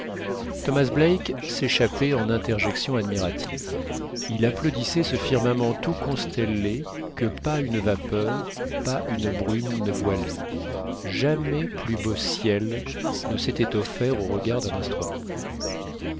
thomas black s'échappait en interjections admiratives il applaudissait ce firmament tout constellé que pas une vapeur pas une brume ne voilait jamais plus beau ciel ne s'était offert aux regards d'un astronome